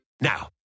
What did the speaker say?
Now